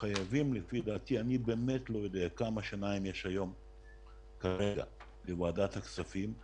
אני באמת לא יודע כמה שיניים יש כרגע לוועדת הכספים,